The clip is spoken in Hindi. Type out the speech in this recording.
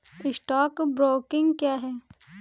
स्टॉक ब्रोकिंग क्या है?